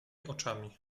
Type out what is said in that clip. oczami